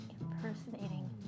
impersonating